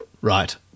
right